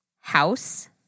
House